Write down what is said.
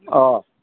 अ